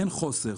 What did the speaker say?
אין חוסר.